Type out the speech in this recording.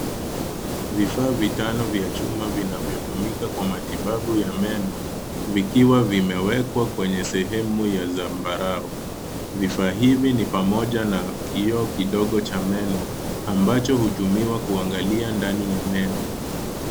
Vifaa vitano vya chuma vinavyotumika kwa matibabu ya meno vikiwa vimewekwa kwenye sehemu ya zambarau. Vifaa hivi ni pamoja na kioo kidogo cha meno ambacho hutumiwa kuangalia ndani ya meno.